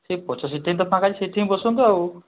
ସେ ପଛ ସିଟ୍ ହିଁ ତ ଫାଙ୍କା ଅଛି ସେଠେଇ ବସନ୍ତୁ ଆଉ